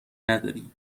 نداری